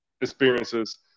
experiences